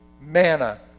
manna